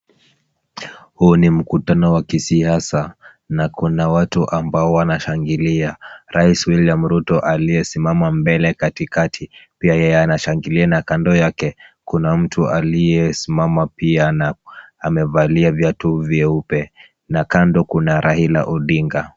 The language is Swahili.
Huu ni mkutano wa kisiasa na kuna watu ambao wanashangilia. Rais William Ruto aliyesimama mbele katikati, pia yeye anashangilia na kando yake kuna mtu aliyesimama pia na amevalia viatu vyeupe na kando kuna Raila Odinga.